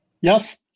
Yes